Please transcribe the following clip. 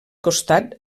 costat